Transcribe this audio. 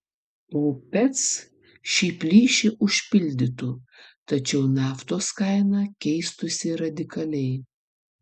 opec šį plyšį užpildytų tačiau naftos kaina keistųsi radikaliai